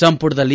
ಸಂಪುಟದಲ್ಲಿ